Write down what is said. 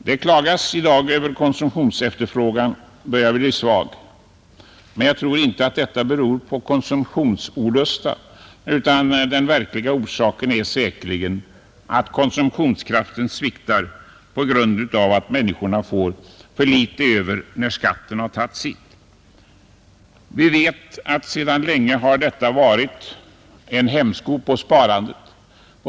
Det klagas i dag över att konsumtionsefterfrågan börjar bli svag. Men jag tror inte att detta beror på konsumtionsolust, utan den verkliga orsaken här är säkerligen att konsumtionskraften sviktar på grund av att människorna får för litet över när skatten tagit sitt. Vi vet att sedan länge har detta varit en hämsko på sparandet.